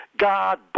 God